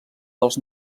dels